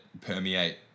permeate